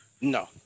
No